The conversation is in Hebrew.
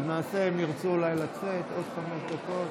בבקשה, מי שרוצה לעזוב את האולם, בבקשה.